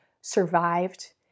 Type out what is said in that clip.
survived